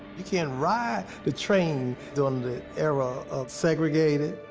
you can't ride the train during the era of segregated.